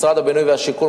משרד הבינוי והשיכון,